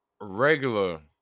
regular